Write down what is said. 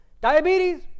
Diabetes